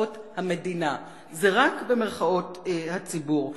המדינה, זה "רק" הציבור.